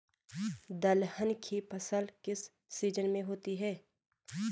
दलहन की फसल किस सीजन में होती है?